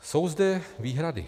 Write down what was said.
Jsou zde výhrady.